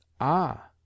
Ah